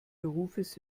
berufes